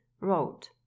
wrote